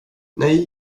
nej